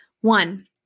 One